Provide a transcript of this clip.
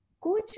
coach